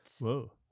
Whoa